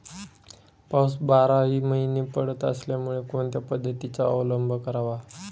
पाऊस बाराही महिने पडत असल्यामुळे कोणत्या पद्धतीचा अवलंब करावा?